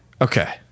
Okay